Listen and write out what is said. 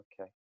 Okay